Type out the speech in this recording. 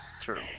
True